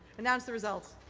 announce the result.